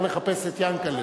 מצאתי את יענקל'ה.